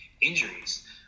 injuries